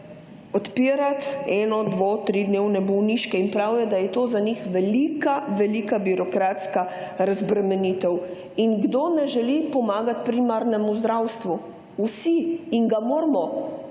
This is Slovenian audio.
odpirati eno, dvo, tridnevne bolniške in prav je, da je to za njih velika velika birokratska razbremenitev. In kdo ne želi pomagati primarnemu zdravstvu. Vsi, in ga moramo